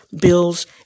bills